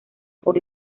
por